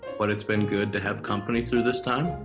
but it's been good to have company through this time.